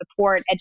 support